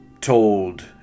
told